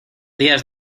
días